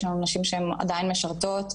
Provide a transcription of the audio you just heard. יש לנו נשים שהן עדיין משרתות,